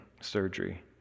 surgery